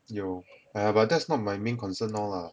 有 !aiya! but that's not my main concern now lah